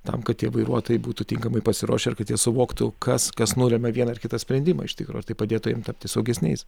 tam kad tie vairuotojai būtų tinkamai pasiruošę ir kad jie suvoktų kas kas nulemia vieną ar kitą sprendimą iš tikro ir tai padėtų jiems tapti saugesniais